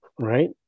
right